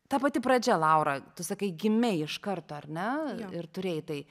ta pati pradžia laura tu sakai gimei iš karto ar ne ir turėjai tai